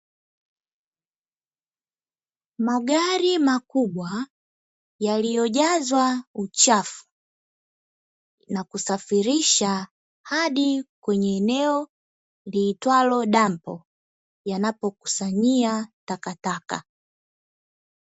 Magari makubwa yaliyojazwa uchafu, na kusafirisha hadi kwenye eneo liitwalo dampo, yanapokusanyia takataka.